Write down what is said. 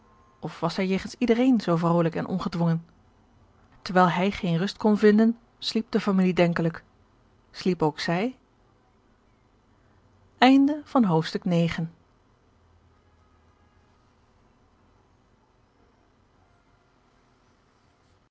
of was zij jegens iedereen zoo vrolijk en ongedwongen terwijl hij geene rust kon vinden sliep de familie denkelijk sliep ook zij